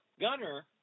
Gunner